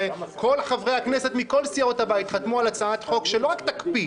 וכל חברי הכנסת מכל סיעות הבית חתמו על הצעת חוק שלא רק תקפיא,